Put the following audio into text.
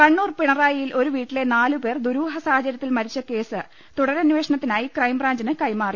കണ്ണൂർ പിണറായിയിൽ ഒരു വീട്ടിലെ നാലു പേർ ദുരൂഹസാഹചരൃത്തിൽ മരിച്ച കേസ് തുടരന്വേഷ ണത്തിനായി ക്രൈംബ്രാഞ്ചിന് കൈമാറി